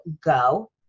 Go